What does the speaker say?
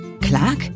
Clark